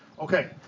Okay